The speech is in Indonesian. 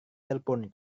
telepon